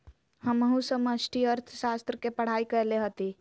हमहु समष्टि अर्थशास्त्र के पढ़ाई कएले हति